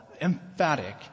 emphatic